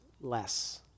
less